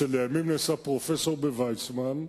שלימים נעשה פרופסור במכון ויצמן,